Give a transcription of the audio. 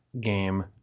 game